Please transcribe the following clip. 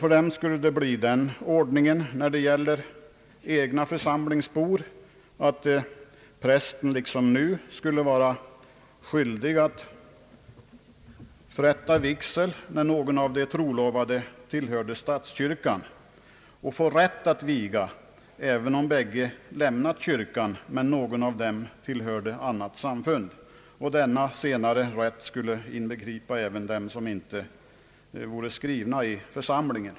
För dem skulle det bli den ordningen när det gäller egna församlingsbor att prästen liksom nu skulle vara skyldig att förrätta vigsel när någon av de trolovade tillhörde statskyrkan och ha rätt att viga även om bägge lämnat kyrkan men någon av dem tillhörde annat samfund. Denna senare rätt skulle inbegripa även dem som inte vore skrivna i församlingen.